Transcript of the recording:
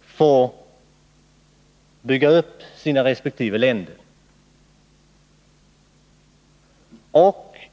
får bygga upp sina resp. länder.